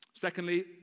Secondly